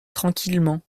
tranquillement